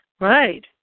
Right